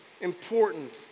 important